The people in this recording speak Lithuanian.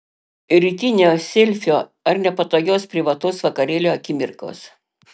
rytinio selfio ar nepatogios privataus vakarėlio akimirkos